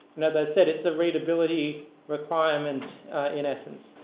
and as i said, it's a readability requirement in essence.